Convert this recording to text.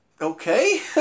Okay